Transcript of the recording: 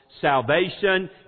salvation